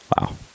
Wow